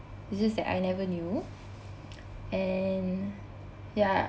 it's just that I never knew and ya